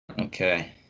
Okay